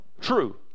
true